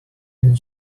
and